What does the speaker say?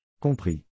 Compris